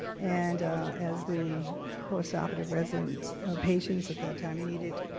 and as the postoperative resident's patients at that time needed